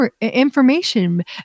information